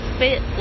fit